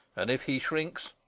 and if he shrinks,